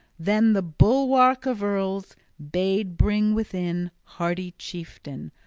then the bulwark-of-earls bade bring within, hardy chieftain,